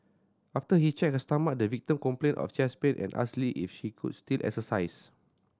after he checked her stomach the victim complained of chest pain and asked Lee if she could still exercise